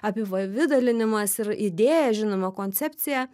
apipavidalinimas ir idėja žinoma koncepcija